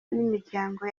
n’imiryango